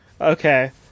Okay